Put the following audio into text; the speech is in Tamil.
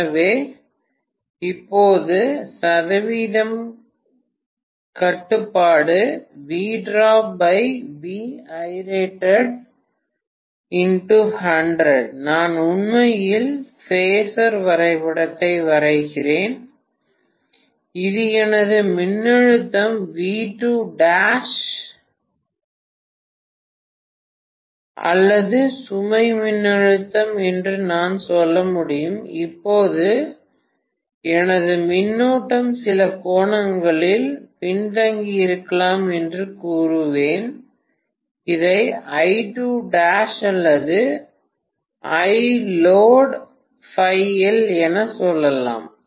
எனவே இப்போது சதவீதம் கட்டுப்பாடு நான் உண்மையில் பேஸர் வரைபடத்தை வரைகிறேன் இது எனது மின்னழுத்தம் V2'அல்லது சுமை மின்னழுத்தம் என்று நான் சொல்ல வேண்டும் இப்போது எனது மின்னோட்டம் சில கோணங்களில் பின்தங்கியிருக்கலாம் என்று கூறுவேன் இதை I2' அல்லது என சொல்லலாம்